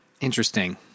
Interesting